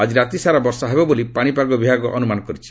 ଆଜି ରାତି ସାରା ବର୍ଷା ହେବ ବୋଲି ପାଣିପାଗ ବିଭାଗ ଅନୁମାନ କରିଛି